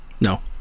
No